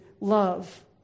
love